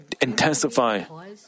intensify